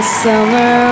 summer